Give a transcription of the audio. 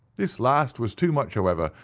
this last was too much, however,